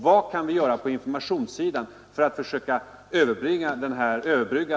Vad kan vi göra på informationssidan för att lösa de här problemen?